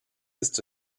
ist